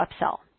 upsell